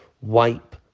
wipe